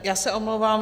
Já se omlouvám.